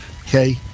Okay